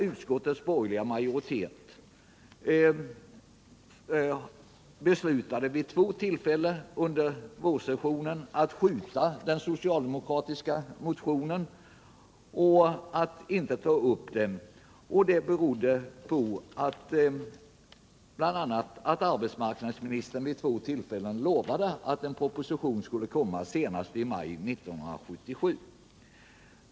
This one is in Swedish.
Utskottets borgerliga majoritet beslöt vid två tillfällen under vårses = Nr 48 sionen att skjuta på behandlingen av motionen, beroende bl.a. på att Tisdagen den arbetsmarknadsministern vid två tillfällen lovat att en proposition skulle 13 december 1977 komma senast i maj 1977.